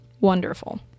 wonderful